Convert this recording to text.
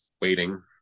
waiting